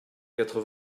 quatre